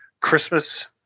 christmas